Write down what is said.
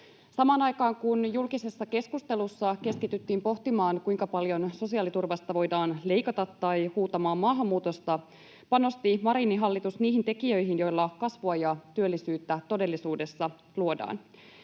Samaan aikaan, kun julkisessa keskustelussa keskityttiin pohtimaan, kuinka paljon sosiaaliturvasta voidaan leikata, tai huutamaan maahanmuutosta, panosti Marinin hallitus niihin tekijöihin, joilla kasvua ja työllisyyttä todellisuudessa luodaan.